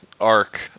arc